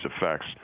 effects